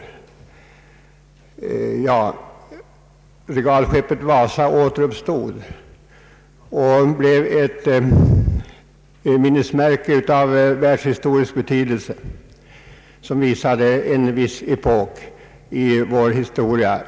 Men, herr Nyman, regalskeppet Wasa återuppstod och blev ett minnesmärke som intresserar hela världen och som har gett en bild av en viss epok i vår historia.